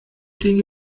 stehen